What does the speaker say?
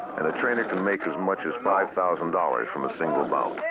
and a trainer can make as much as five thousand dollars from a single bout.